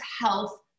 health